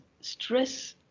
stress